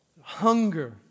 Hunger